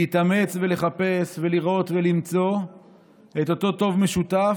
להתאמץ ולחפש, לראות ולמצוא את אותו טוב משותף,